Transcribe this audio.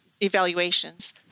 evaluations